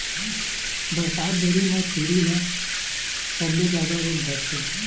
बरसात दरी म छेरी ल सबले जादा रोग धरथे